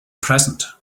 present